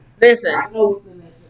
Listen